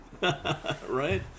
Right